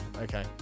okay